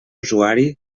usuari